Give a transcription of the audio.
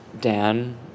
Dan